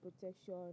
protection